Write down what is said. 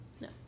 No